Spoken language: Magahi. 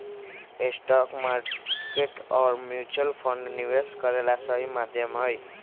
स्टॉक मार्केट और म्यूच्यूअल फण्ड निवेश करे ला सही माध्यम हई